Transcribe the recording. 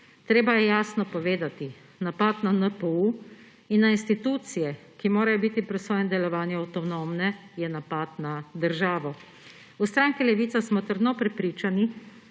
Treba je jasno povedati, napad na NPU in na institucije, ki morajo biti pri svojem delovanju avtonomne, je napad na državo. V stranki Levica smo trdno prepričani,